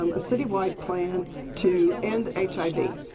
um a citywide plan to end h i v.